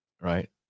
right